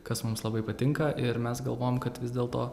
kas mums labai patinka ir mes galvojam kad vis dėlto